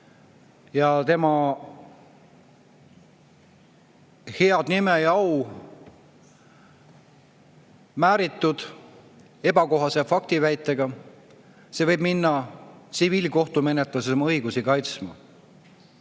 tema head nime ja au määritud ebakohase faktiväitega, siis ta võib minna tsiviilkohtumenetlusse oma õigusi kaitsma.